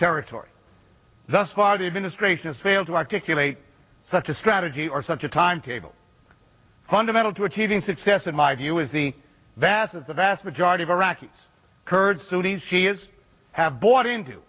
territory thus far the administration has failed to articulate such a strategy or such a timetable fundamental to achieving success in my view is the vast of the vast majority of iraqis kurds sunni's shias have bought into